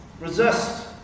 resist